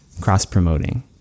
cross-promoting